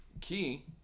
key